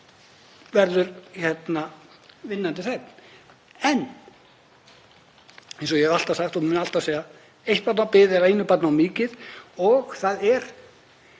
verður vinnandi þegn. En eins og ég hef alltaf sagt og mun alltaf segja: Eitt barn á bið er einu barni of mikið. Það er